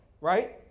right